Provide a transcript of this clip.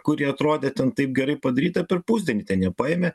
kuri atrodė ten taip gerai padaryta per pusdienį ten ją paėmė